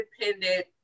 independent